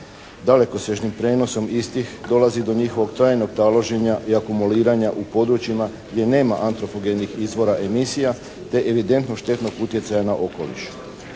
Dalekosežnim prijenosom istih dolazi do njihovog trajnog taloženja i akumuliranja u područjima gdje nema antrofogenih izvora emisija, te evidentno štetnog utjecaja na okoliš.